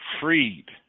Freed